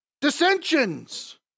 Dissensions